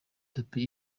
tapi